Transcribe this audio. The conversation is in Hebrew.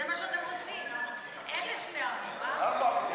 זה מה שאתם רוצים, ארבע מדינות?